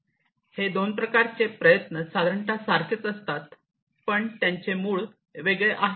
हे दोन प्रकारचे प्रयत्न साधारणतः सारखेच असतात पण त्यांचे मूळ वेगळे आहे